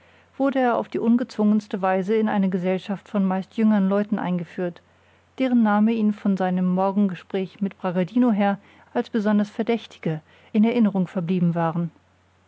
wurde er auf die ungezwungenste weise in eine gesellschaft von meist jüngern leuten eingeführt deren namen ihm von seinem morgengespräch mit bragadino her als besonders verdächtige in erinnerung verblieben waren